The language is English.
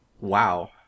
Wow